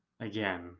Again